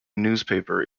newspaper